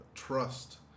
Trust